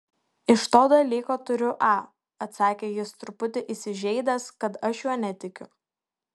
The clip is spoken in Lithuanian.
iš to dalyko turiu a atsakė jis truputį įsižeidęs kad aš juo netikiu